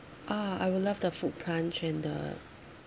ah I would love the fruit punch and the